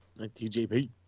TJP